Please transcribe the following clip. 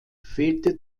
fehlte